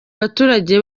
baturage